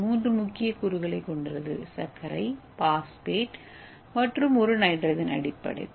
ஏ மூன்று முக்கிய கூறுகளைக் கொண்டுள்ளது சர்க்கரை பாஸ்பேட் மற்றும் ஒரு நைட்ரஜன் அடிப்படை